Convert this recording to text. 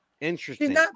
interesting